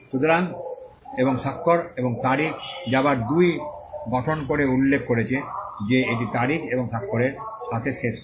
সুতরাং এবং স্বাক্ষর এবং তারিখ যা আবার 2 গঠন করে উল্লেখ করেছে যে এটি তারিখ এবং স্বাক্ষরের সাথে শেষ হবে